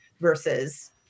versus